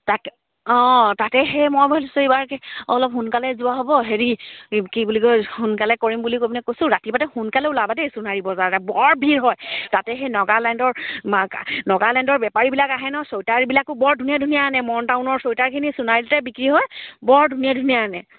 তাকে অঁ তাকে সেই মই ভাবিছোঁ এইবাৰ অলপ সোনকালে যোৱা হ'ব হেৰি কি বুলি কয় সোনকালে কৰিম বুলি কৈ পিনে কৈছোঁ ৰাতিপুৱাতে সোনকালে ওলাবা দেই সোণাৰী বজাৰলৈ বৰ ভিৰ হয় তাতে সেই নগালেণ্ডৰ অঁ নগালেণ্ডৰ বেপাৰীবিলাক আহে নহ্ চুৱেটাৰবিলাকো বৰ ধুনীয়া ধুনীয়া আনে মৰ্ন টাউনৰ চুৱেটাৰখিনি সোণাৰীতে বিক্ৰী হয় বৰ ধুনীয়া ধুনীয়া আনে